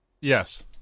Yes